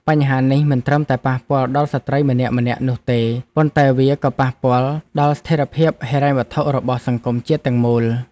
បញ្ហានេះមិនត្រឹមតែប៉ះពាល់ដល់ស្ត្រីម្នាក់ៗនោះទេ ប៉ុន្តែវាក៏ប៉ះពាល់ដល់ស្ថិរភាពហិរញ្ញវត្ថុរបស់សង្គមជាតិទាំងមូល។